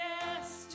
yes